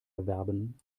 erwerben